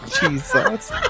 Jesus